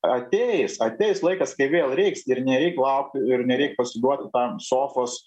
ateis ateis laikas kai vėl reiks ir nereik laukt ir nereik pasiduoti tam sofos